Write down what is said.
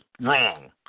wrong